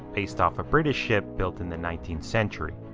based off a british ship built in the nineteenth century,